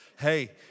hey